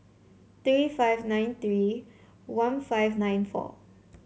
three five nine three one five nine four